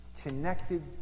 connected